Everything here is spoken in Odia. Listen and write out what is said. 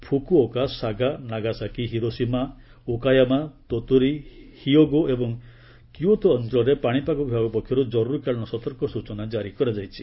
Fukuoka Saga Nagasaki Hiroshima Okayama Tottori Hyogo ଏବଂ କ୍ୟଓତୋ ଅଞ୍ଚଳରେ ପାଶିପାଗ ବିଭାଗ ପକ୍ଷର୍ ଜରୁରୀକାଳୀନ ସତର୍କ ସ୍ୱଚନା କାରି କରାଯାଇଛି